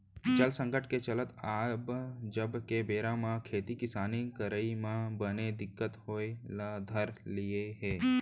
जल संकट के चलत अब आज के बेरा म खेती किसानी करई म बने दिक्कत होय ल धर लिये हे